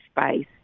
space